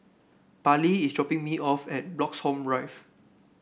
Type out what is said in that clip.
Parley is dropping me off at Bloxhome Rive